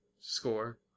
score